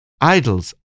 Idols